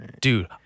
Dude